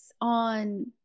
on